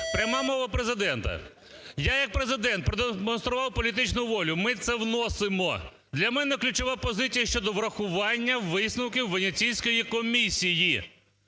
Пряма мова Президента: "Я як Президент продемонстрував політичну волю. Ми це вносимо! Для мене ключова позиція – щодо врахування висновків Венеційської комісії."